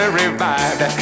revived